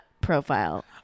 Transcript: profile